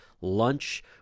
lunch